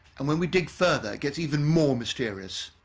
and when we dig further it gets even more mysterious.